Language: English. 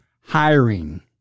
hiring